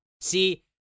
See